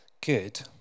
Good